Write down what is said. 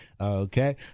okay